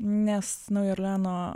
nes naujo orleano